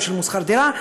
הם שילמו שכר דירה.